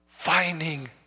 Finding